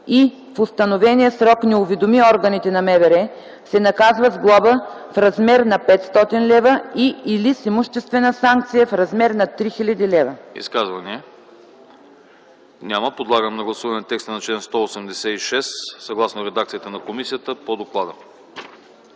и в установения срок не уведоми органите на МВР, се наказва с глоба в размер на 500 лв. и/или с имуществена санкция в размер на 3000 лв.” ПРЕДСЕДАТЕЛ АНАСТАС АНАСТАСОВ: Изказвания? Няма. Подлагам на гласуване текста на чл. 186 съгласно редакцията на комисията по доклада.